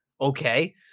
okay